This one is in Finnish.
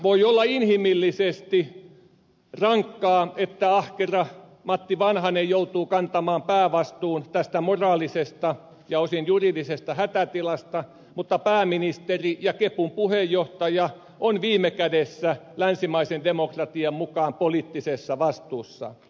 voi olla inhimillisesti rankkaa että ahkera matti vanhanen joutuu kantamaan päävastuun tästä moraalisesta ja osin juridisesta hätätilasta mutta pääministeri ja kepun puheenjohtaja on viime kädessä länsimaisen demokratian mukaan poliittisessa vastuussa